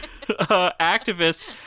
activist